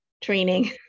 training